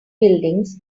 buildings